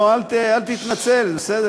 לא, אל תתנצל, זה בסדר.